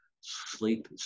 sleep